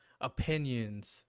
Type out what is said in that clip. opinions